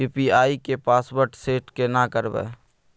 UPI के password set केना करबे?